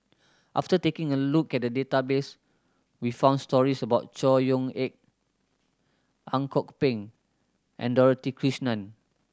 after taking a look at the database we found stories about Chor Yeok Eng Ang Kok Peng and Dorothy Krishnan